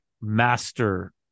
Master